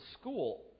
school